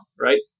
right